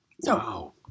Wow